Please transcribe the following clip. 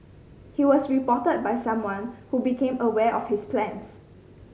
he was reported by someone who became aware of his plans